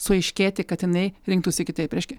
suaiškėti kad jinai rinktųsi kitaip reiškia